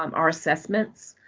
um our assessments,